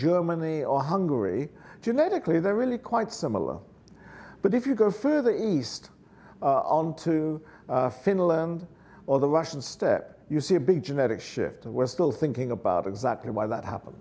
germany or hungary genetically they're really quite similar but if you go further east on to finland or the russians you see a big genetic shift and we're still thinking about exactly why that happened